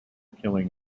killing